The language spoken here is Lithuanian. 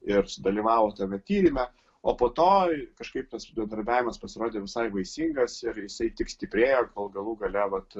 ir sudalyvavo tame tyrime o po to kažkaip tas bendravimas pasirodė visai vaisingas ir jisai tik stiprėjo kol galų gale vat